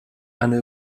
eine